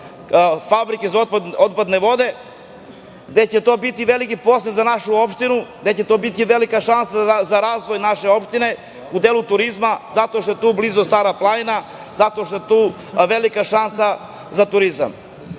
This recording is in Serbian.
fabrike za otpadne vode. To će biti veliki posao za našu opštinu, to će biti velika šansa za razvoj naše opštine u delu turizma zato što je tu blizu Stara planina, zato što je tu velika šansa za turizam. Moje